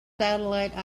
satellite